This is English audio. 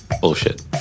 Bullshit